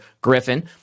Griffin